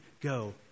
go